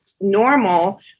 normal